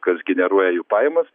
kas generuoja jų pajamas